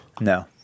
No